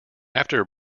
after